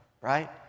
right